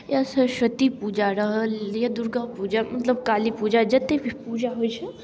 या सरस्वती पूजा रहल या दुर्गापूजा मतलब कालीपूजा जतेक भी पूजा होइत छै